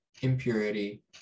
impurity